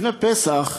לפני פסח,